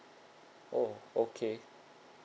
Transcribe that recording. oh okay